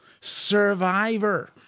Survivor